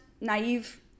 naive